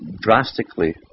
drastically